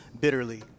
bitterly